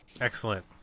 Excellent